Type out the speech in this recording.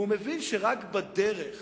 והוא מבין שרק בדרך